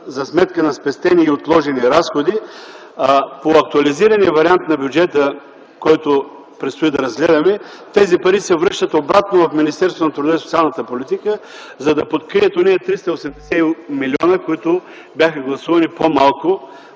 за сметка на спестени и отложени разходи, по актуализирания вариант на бюджета, който предстои да разгледаме, тези пари се връщат обратно в Министерството на труда и социалната политика, за да покрият онези 380 милиона по-малко, които бяха гласувани в